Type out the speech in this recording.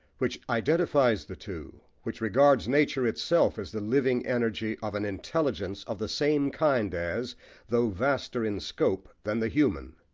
which identifies the two, which regards nature itself as the living energy of an intelligence of the same kind as though vaster in scope than the human.